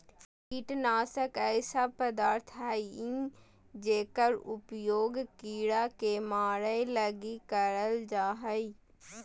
कीटनाशक ऐसे पदार्थ हइंय जेकर उपयोग कीड़ा के मरैय लगी करल जा हइ